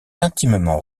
intimement